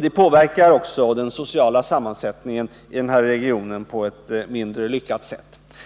Det påverkar också den sociala sammansättningen i denna region på ett mindre lyckat sätt.